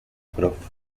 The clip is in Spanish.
prof